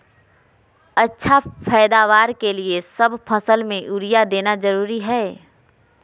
अच्छा पैदावार के लिए सब फसल में यूरिया देना जरुरी है की?